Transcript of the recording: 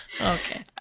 Okay